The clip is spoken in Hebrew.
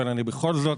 אבל אני בכל זאת